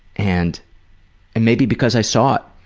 and and maybe because i saw it